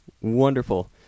Wonderful